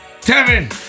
Kevin